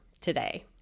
Today